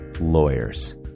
lawyers